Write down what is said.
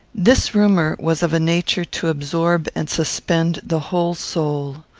this rumour was of a nature to absorb and suspend the whole soul.